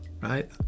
right